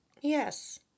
Yes